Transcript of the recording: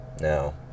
Now